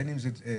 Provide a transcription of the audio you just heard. בין אם זה דחוף,